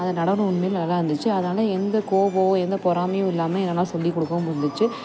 அதை நடனம் உண்மையிலே நல்லா இருந்துச்சு அதனால் எந்த கோபம் எந்தப் பொறாமையும் இல்லாமல் என்னால் சொல்லிக் கொடுக்கவும் முடிஞ்சிடுச்சி